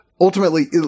ultimately